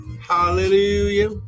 Hallelujah